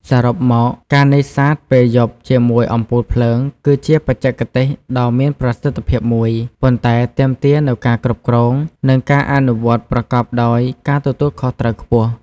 សរុបមក ការនេសាទពេលយប់ជាមួយអំពូលភ្លើង គឺជាបច្ចេកទេសដ៏មានប្រសិទ្ធភាពមួយ ប៉ុន្តែទាមទារនូវការគ្រប់គ្រង និងការអនុវត្តប្រកបដោយការទទួលខុសត្រូវខ្ពស់។